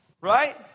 Right